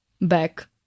back